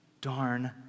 darn